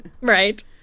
Right